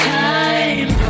time